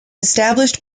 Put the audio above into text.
established